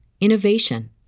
innovation